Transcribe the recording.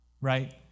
right